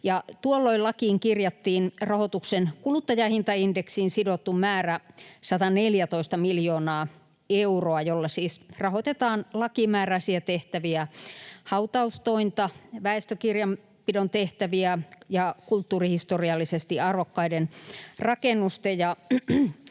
Tuolloin lakiin kirjattiin rahoituksen kuluttajahintaindeksiin sidottu määrä 114 miljoonaa euroa, jolla siis rahoitetaan lakimääräisiä tehtäviä: hautaustointa, väestökirjanpidon tehtäviä ja kulttuurihistoriallisesti arvokkaiden rakennusten